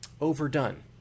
overdone